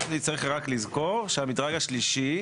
צריך רק לזכור שהמדרג השלישי,